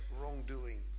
wrongdoing